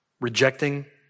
rejecting